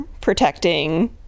protecting